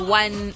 one